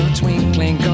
twinkling